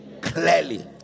clearly